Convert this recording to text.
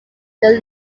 they